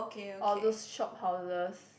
all those shophouses